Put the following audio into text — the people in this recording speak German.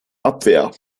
abwehr